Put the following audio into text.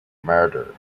murder